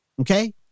Okay